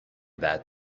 that